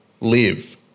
live